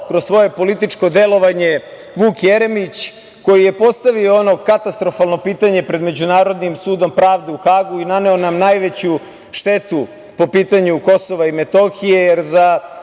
kroz svoje političko delovanje Vuk Jeremić, koji je postavio ono katastrofalno pitanje pred Međunarodnim sudom pravde u Hagu i naneo nam najveću štetu po pitanju Kosova i Metohije, jer za